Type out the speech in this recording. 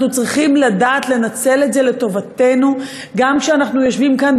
אנחנו צריכים לדעת לנצל את זה לטובתנו גם כשאנחנו יושבים כאן,